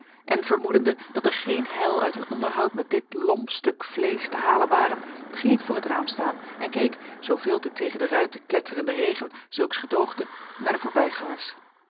en vermoedende dat er geen heil uit een onderhoud met dit lomp stuk vleesch te halen ware ging ik voor het raam staan en keek zooveel de tegen de ruiten kletterende regen zulks gedoogde naar de voorbijgangers